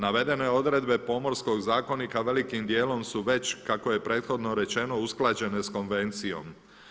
Navedene odredbe Pomorskog zakonika velikim dijelom su već kako je prethodno rečeno usklađene s konvencijom.